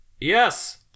Yes